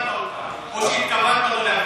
לא הבנת אותן או שהתכוונת לא להבין אותן.